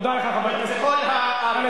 תודה לך, חבר הכנסת.